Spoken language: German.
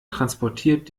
transportiert